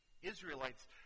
Israelites